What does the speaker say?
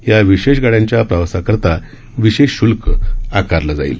या विशेष गाड्यांच्या प्रवासाकरता विशेष शुल्क आकारला जाईल